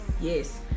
Yes